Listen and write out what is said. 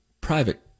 private